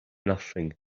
nothing